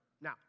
Now